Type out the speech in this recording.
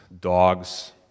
dogs